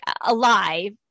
alive